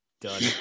Done